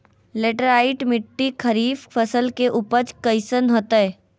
Laterite मिट्टी खरीफ फसल के उपज कईसन हतय?